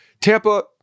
Tampa